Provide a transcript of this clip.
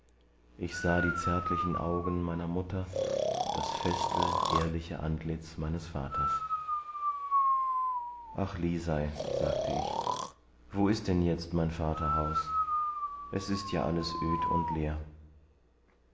ich sah die zärtlichen augen meiner mutter das feste ehrliche antlitz meines vaters ach lisei sagte ich wo ist denn jetzt mein vaterhaus es ist ja alles öd und leer